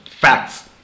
facts